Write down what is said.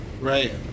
right